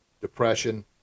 depression